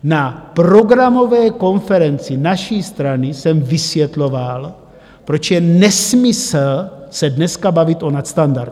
Na programové konferenci naší strany jsem vysvětloval, proč je nesmysl se dneska bavit o nadstandardech.